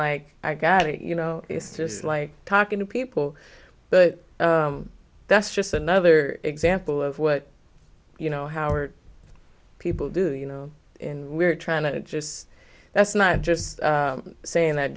like i got it you know it's just like talking to people but that's just another example of what you know howard people do you know and we're trying to just that's not just saying that